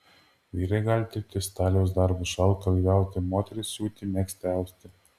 vyrai gali dirbti staliaus darbus šaltkalviauti moterys siūti megzti austi